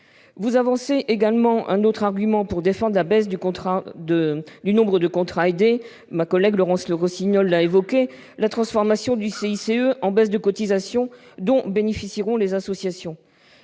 Vous avancez un autre argument pour défendre la baisse du nombre de contrats aidés, que ma collègue Laurence Rossignol a évoqué, à savoir la transformation du CICE en baisse de cotisations dont bénéficieront les associations.